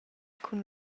cun